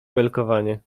belkowanie